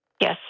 Yes